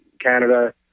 Canada